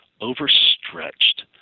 overstretched